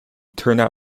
turned